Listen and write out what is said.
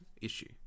issue